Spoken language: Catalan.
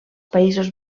països